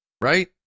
right